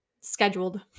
scheduled